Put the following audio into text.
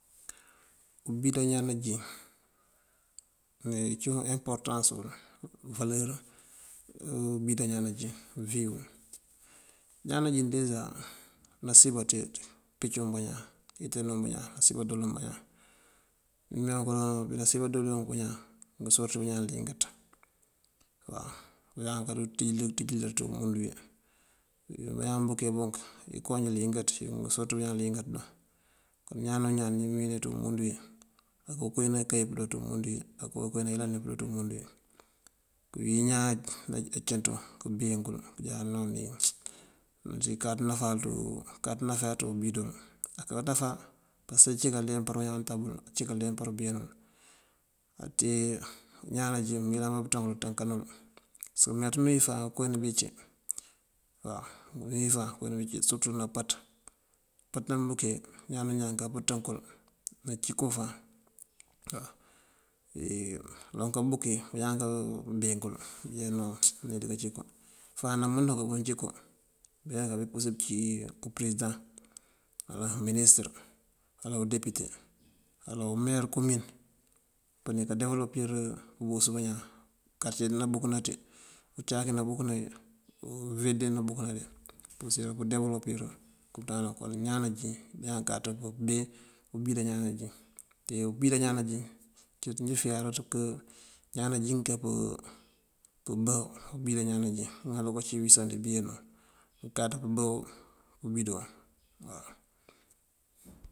Umbida añaan najín uwee cíwun emporëtáas wël waler umbida ñaan najín? Ñaan najín deza nasiyën baţí picu bañaan, picanun bañaan, nasiyën baţí doolun bañaan. Bí mee kaloŋ bí nasiyën baţí dooluwunk bañaan ngësorëti bañaan líingaţ waw. Bañaan kaţíjëlër kaţíjëlër ţí umundu wí. Bí bañaan búke wunk inkoonj líingaţ unk dí usorëti bañaan líingaţ dun. Ñaan o ñaan ní mëwíni ţí umundu wí aká koowí nankee përo ţí umundu wí, aká koowí nayëlan wí përo ţí umundu wí. Këwín ñaan acinţú kënbeen kul kënjá noŋ nine namënţi káţ náfá ţí umundu wí ţí umbidol. Aká náfá pasëk ací kaleempar bañaan untab wul, ací kaleempar beenul. Ñaan nanjín mëyëlan bá pënţënkël ţënkanël mënţ unú fáan koowína bí cí surëtú nampaţ. Nampaţ nambúke ñaan o ñaan aká pënţënkël nancí koo fáan. Naloŋ kambúke bañaan kambekël bëjáno neţa kancí koo fáan nënţú kabí apurësir kabí cí përesidaŋ wala uminis wala wudepute wala umer koomun ní kasebëlopir uwës bañaan. Karëce dí nambúka, uncáak wí nambúkëna wí vil di nabúkna di nëmpurësir pëndebëlopir pël. kon ñaan ñaan káţ pëbe umbida ñaan najín te umbida ñaan najín njí fiyarëţ kë ñaan kapëmbá ñaan najin ŋal aruka cinţi wí sá dí beenu mënkáţ pëmbá umbidowu.